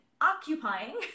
occupying